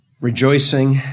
rejoicing